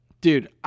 Dude